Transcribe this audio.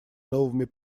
новыми